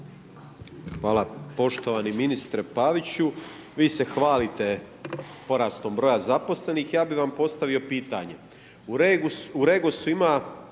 Hvala. Poštovani ministre Paviću, vi se hvalite porastom broja zaposlenih, ja bih vam postavio pitanje.